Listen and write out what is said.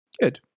Good